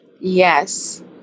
Yes